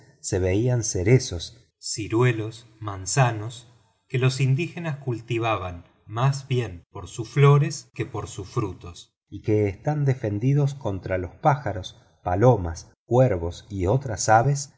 se veían cerezos ciruelos manzanos que los indígenas cultivan más bien por sus flores que por sus frutos y que están defendidos contra los pájaros palomas cuervos y otras aves